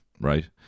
right